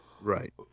Right